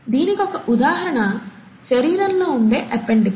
దీనికి ఒక ఉదాహరణ శరీరంలో ఉండే అపెండిక్స్